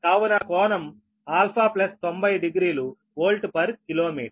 కావున కోణం α900వోల్ట్ పర్ కిలోమీటర్